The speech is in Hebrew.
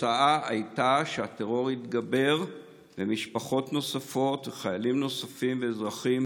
והתוצאה הייתה שהטרור התגבר ומשפחות נוספות או חיילים נוספים ואזרחים